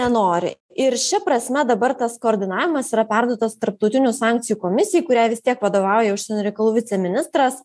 nenori ir ši prasme dabar tas koordinavimas yra perduotas tarptautinių sankcijų komisijai kuriai vis tiek vadovauja užsienio reikalų viceministras